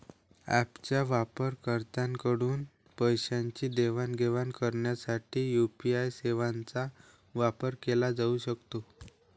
ऍपच्या वापरकर्त्यांकडून पैशांची देवाणघेवाण करण्यासाठी यू.पी.आय सेवांचा वापर केला जाऊ शकतो